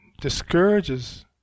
discourages